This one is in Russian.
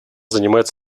занимает